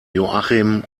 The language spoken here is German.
joachim